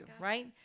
right